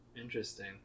interesting